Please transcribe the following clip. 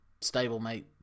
stablemate